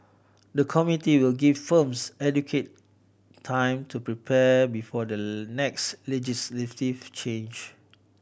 the committee will give firms adequate time to prepare before the next change